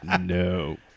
No